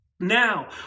Now